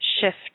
shift